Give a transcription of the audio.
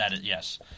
Yes